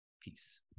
peace